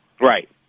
Right